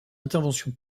interventions